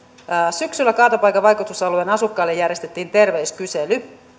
syksyllä kaatopaikan vaikutusalueen asukkaille järjestettiin terveyskysely